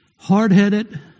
Hard-headed